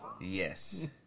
Yes